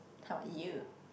how about you